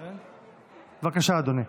בבקשה, אדוני.